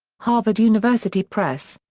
harvard university press.